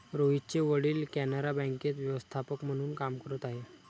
रोहितचे वडील कॅनरा बँकेत व्यवस्थापक म्हणून काम करत आहे